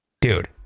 Dude